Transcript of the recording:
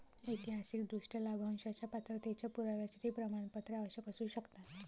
ऐतिहासिकदृष्ट्या, लाभांशाच्या पात्रतेच्या पुराव्यासाठी प्रमाणपत्रे आवश्यक असू शकतात